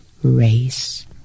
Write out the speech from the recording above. race